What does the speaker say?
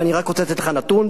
ואני רק רוצה לתת לך נתון,